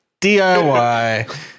DIY